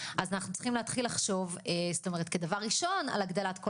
אז אנחנו צריכים להתחיל לחשוב זאת אומרת כדבר ראשון על הגדלת כל